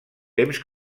temps